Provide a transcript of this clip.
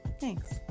thanks